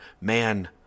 man